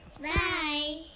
Bye